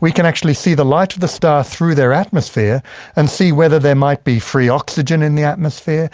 we can actually see the light of the star through their atmosphere and see whether there might be free oxygen in the atmosphere,